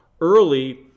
early